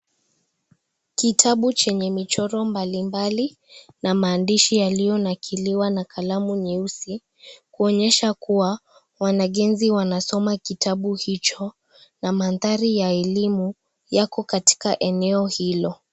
Kitabu chenye michoro mbali mbali na maandishi yaliyonakiliwa na kalamu nyeusi kuonyesha kuwa wanagenzi wanasoma kitabu hicho na mandhari ya elimu yako katika eneo hilo.